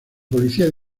policía